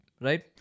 Right